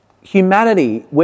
Humanity